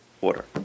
water